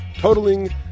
totaling